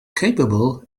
capable